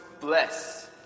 bless